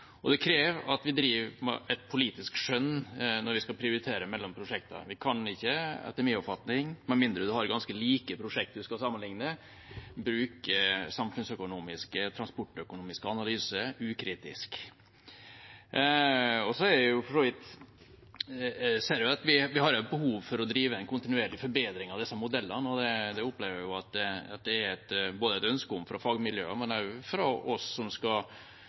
og det krever at vi utøver politisk skjønn når vi skal prioritere mellom prosjektene. Vi kan ikke, etter min oppfatning, med mindre man har ganske like prosjekter å sammenligne, bruke samfunnsøkonomisk/transportøkonomisk analyse ukritisk. Jeg ser vi har et behov for å drive kontinuerlig forbedring av disse modellene, og jeg opplever at det er et ønske om det fra fagmiljøene, men også fra oss som skal